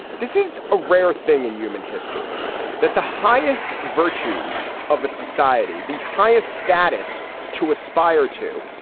this is a rare thing in human history that the highest virtues of a society, the highest status to aspire to,